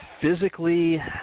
physically